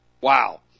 Wow